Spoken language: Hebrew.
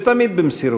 ותמיד במסירות.